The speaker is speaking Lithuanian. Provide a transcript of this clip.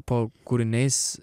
po kūriniais